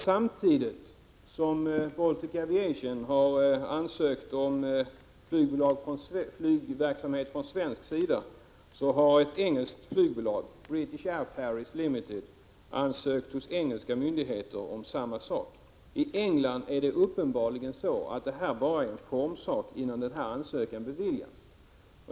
Samtidigt som Baltic Aviation har ansökt om tillstånd för flygverksamhet från svensk sida, har ett engelskt flygbolag, British Air Ferries Ltd, ansökt hos engelska myndigheter om samma sak. I England är det uppenbarligen bara en formsak innan ansökan beviljas.